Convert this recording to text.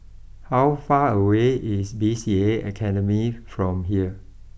how far away is B C A Academy from here